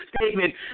statement